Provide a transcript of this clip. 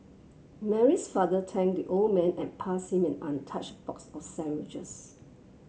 Mary's father thanked the old man and passed him an untouched box of sandwiches